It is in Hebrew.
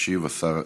ישיב השר לוין.